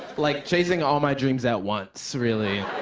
like, chasing all my dreams at once, really.